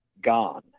Gone